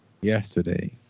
yesterday